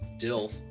dilf